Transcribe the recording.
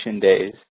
days